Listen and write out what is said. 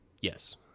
Yes